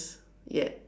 ya